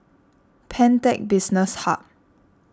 Pantech Business Hub